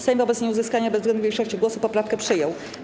Sejm wobec nieuzyskania bezwzględnej większości głosów poprawkę przyjął.